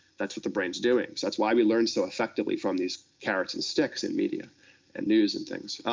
thatis what the brainis doing. so thatis why we learn so effectively from these carrots and sticks in media and news and things.